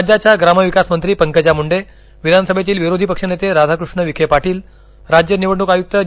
राज्याच्या ग्रामविकास मंत्री पंकजा मुंडे विधानसभेतील विरोधी पक्षनेते राधाकृष्ण विखे पाटील राज्य निवडणुक आयुक्त ज